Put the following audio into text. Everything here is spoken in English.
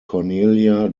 cornelia